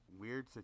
Weird